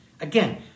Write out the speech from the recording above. Again